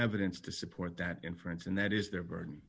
evidence to support that inference and that is their burden